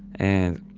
and,